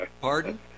Pardon